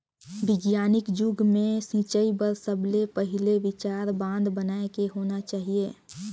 बिग्यानिक जुग मे सिंचई बर सबले पहिले विचार बांध बनाए के होना चाहिए